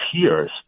tears